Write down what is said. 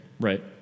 Right